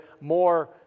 more